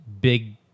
big